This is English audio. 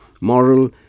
moral